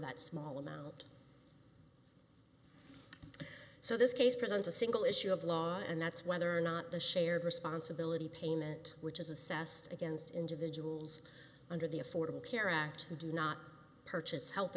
that small amount so this case present a single issue of law and that's whether or not the shared responsibility payment which is assessed against individuals under the affordable care act who do not purchase health